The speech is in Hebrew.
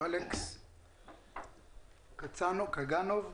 אלכס קגנוב ממובילאיי.